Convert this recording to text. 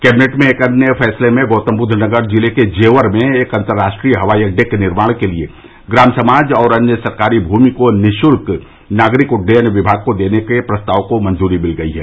cabinet में एक अन्य फैसले में गौतम बुद्ध नगर जिले के जेवर में एक अन्तर्राष्ट्रीय हवाई अड्डे के निर्माण के लिए ग्राम समाज और अन्य सरकारी भूमि को निशुल्क नागरिक उड्डयन विभाग को देने के प्रस्ताव को मंजूरी मिल गयी है